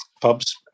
pubs